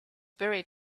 buried